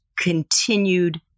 continued